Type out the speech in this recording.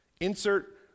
Insert